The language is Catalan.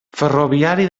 ferroviari